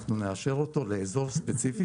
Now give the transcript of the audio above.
אנחנו נאשר אותו לאזור ספציפי,